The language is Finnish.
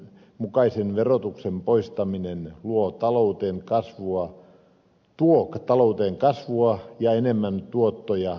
epäoikeudenmukaisen verotuksen poistaminen tuo talouteen kasvua ja enemmän tuottoja muussa verotuksessa